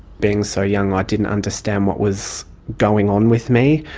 being so young i didn't understand what was going on with me.